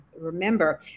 remember